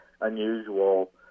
unusual